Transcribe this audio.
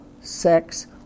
sex